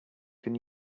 can